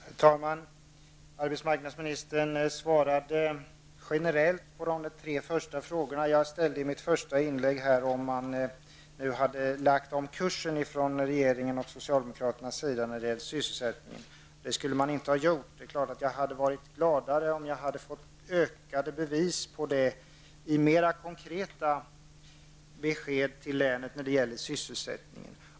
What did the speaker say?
Herr talman! Arbetsmarknadsministern svarade generellt på de tre första frågorna i mitt anförande. Bl.a. frågade jag om regeringen och socialdemokraterna hade lagt om kursen i fråga om sysselsättningen. Det hade man inte gjort, sade arbetsmarknadsministern. Jag hade varit gladare om jag fått bättre bevis på det i form av mer konkreta besked till länet.